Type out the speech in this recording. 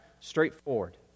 straightforward